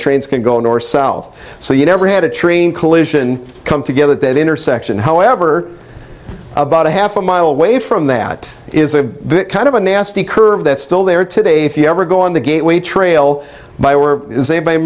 trains can go in or solve so you never had a train collision come together at that intersection however about a half a mile away from that is a kind of a nasty curve that still there today if you ever go on the gateway trail by were